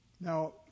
Now